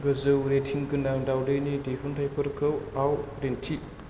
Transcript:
गोजौ रेटिं गोनां दाउदैनि दिहुनथाइफोरखौ आव दिन्थि